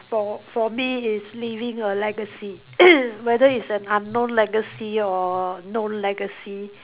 for for me is leaving a legacy whether it's an unknown legacy or known legacy